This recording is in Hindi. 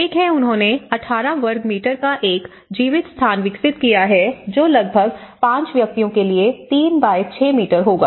एक है उन्होंने 18 वर्ग मीटर का एक जीवित स्थान विकसित किया है जो लगभग 5 व्यक्तियों के लिए 3 6 मीटर होगा